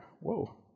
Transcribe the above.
Whoa